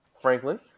Franklin